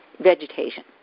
vegetation